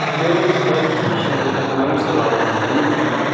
میری نسبت شہر لکھنؤ سے وابہ جڑی ہوئی ہے